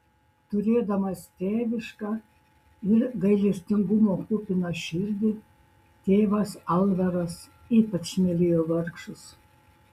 turėdamas tėvišką ir gailestingumo kupiną širdį tėvas alvaras ypač mylėjo vargšus